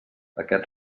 aquest